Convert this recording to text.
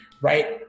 Right